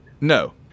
No